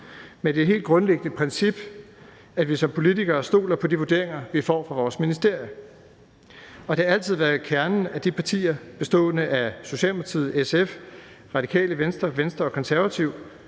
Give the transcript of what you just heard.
men det helt grundlæggende princip er, at vi som politikere stoler på de vurderinger, vi får fra vores ministerier, og det har altid været kernen af partierne Socialdemokratiet, SF, Radikale Venstre, Venstre og Konservative,